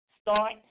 start